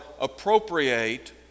appropriate